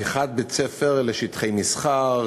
הפיכת בית-ספר לשטחי מסחר,